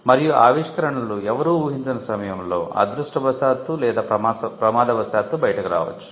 మరియు ఆవిష్కరణలు ఎవరూ ఊహించని సమయంలో అదృష్టవశాత్తు లేదా ప్రమాదవశాత్తు బయటకు రావచ్చు